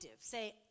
say